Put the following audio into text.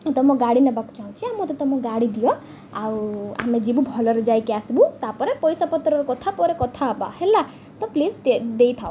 ତୁମ ଗାଡ଼ି ନେବାକୁ ଚାହୁଁଛି ମୋତେ ତୁମ ଗାଡ଼ି ଦିଅ ଆଉ ଆମେ ଯିବୁ ଭଲରେ ଯାଇକି ଆସିବୁ ତା'ପରେ ପଇସା ପତ୍ରର କଥା ପରେ କଥା ହେବା ହେଲା ତ ପ୍ଲିଜ୍ ଦେଇଥାଉ